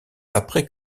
après